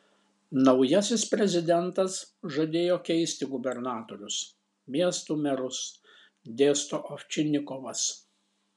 naujasis prezidentas žadėjo keisti gubernatorius miestų merus dėsto ovčinikovas